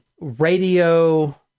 radio